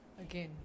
again